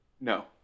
no